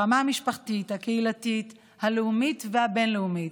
ברמה המשפחתית, הקהילתית, הלאומית והבין-לאומית.